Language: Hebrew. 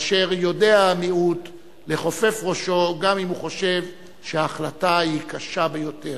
כאשר יודע המיעוט לכופף ראשו גם אם הוא חושב שההחלטה היא קשה ביותר.